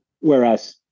Whereas